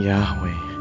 Yahweh